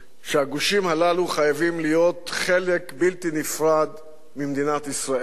הגושים הללו חייבים להיות חלק בלתי נפרד ממדינת ישראל,